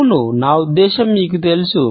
అవును నా ఉద్దేశ్యం మీకు తెలుసు